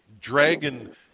Dragon